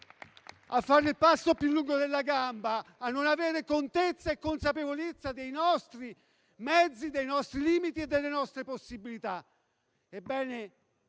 a fare il passo più lungo della gamba, a non avere contezza e consapevolezza dei nostri mezzi, dei nostri limiti e delle nostre possibilità.